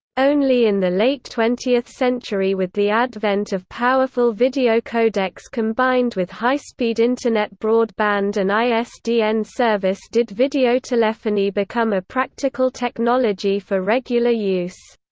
only in the late twentieth century with the advent of powerful video codecs combined with high-speed internet broadband and isdn service did videotelephony become a practical technology for regular use.